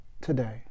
today